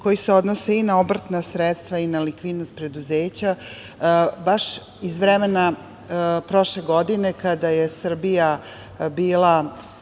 koji se odnosi i na obrtna sredstva i na likvidnost preduzeća, baš iz vremena prošle godine, kada je Srbija bila